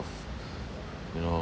you know